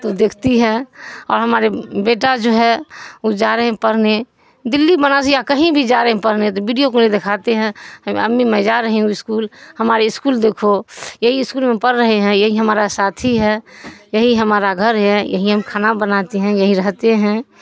تو دیکھتی ہے اور ہمارے بیٹا جو ہے وہ جا رہے ہیں پڑھنے دہلی بنارس یا کہیں بھی جا رہے ہیں پڑھنے تو بیڈیو کول ہی دکھاتے ہیں ہم امی میں جا رہی ہوں اسکول ہمارے اسکول دیکھو یہی اسکول میں پڑھ رہے ہیں یہی ہمارا ساتھی ہے یہی ہمارا گھر ہے یہیں ہم کھانا بناتے ہیں یہیں رہتے ہیں